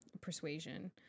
persuasion